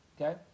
okay